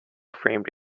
framed